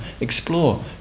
explore